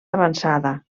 avançada